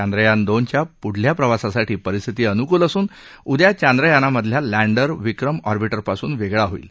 चांद्रयान दोनच्या पुढच्या प्रवासासाठी परिस्थिती अनुकूल असून उद्या चांद्रयानामधला लॅण्डर विक्रम ऑर्बिटरपासून वेगळा होईल